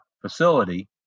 facility